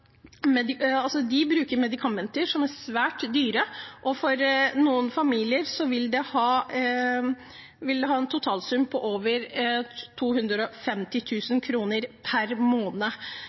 De bruker medikamenter som er svært dyre, og for noen familier vil det bli en totalsum på over 250 000 kr per måned.